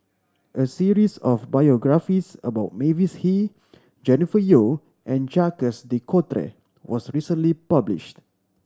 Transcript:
a series of biographies about Mavis Hee Jennifer Yeo and Jacques De Coutre was recently published